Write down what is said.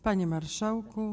Panie Marszałku!